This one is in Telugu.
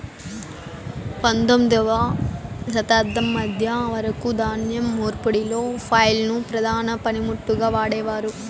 పందొమ్మిదవ శతాబ్దం మధ్య వరకు ధాన్యం నూర్పిడిలో ఫ్లైల్ ను ప్రధాన పనిముట్టుగా వాడేవారు